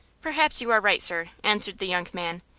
perhaps you are right, sir, answered the young man.